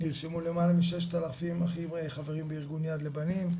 נרשמו למעלה מ-6,000 אחים חברים בארגון יד לבנים,